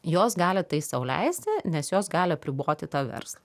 jos gali tai sau leisti nes jos gali apriboti tą verslą